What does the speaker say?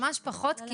ממש פחות זמן,